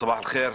סבאח אל-ח'יר,